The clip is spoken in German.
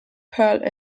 pearl